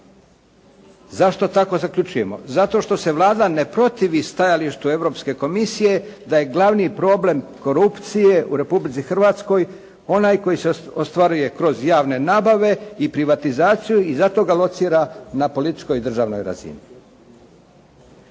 Zašto tako zaključujemo? Zato što se Vlada ne protivi stajalištu Europske komisije da je glavni problem korupcije u Republici Hrvatskoj onaj koji se ostvaruje kroz javne nabave i privatizaciju i zato ga locira na političkoj i državnoj razini.